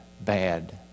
bad